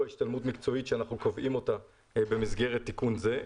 השתלמות מקצועית שאנחנו קובעים אותה במסגרת תיקון זה,